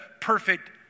perfect